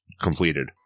completed